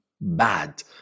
bad